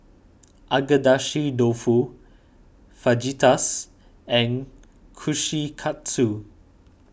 Agedashi Dofu Fajitas and Kushikatsu